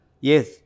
yes